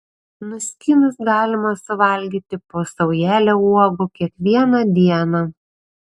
nuskynus galima suvalgyti po saujelę uogų kiekvieną dieną